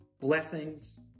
blessings